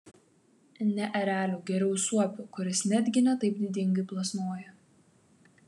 ne ereliu geriau suopiu kuris netgi ne taip didingai plasnoja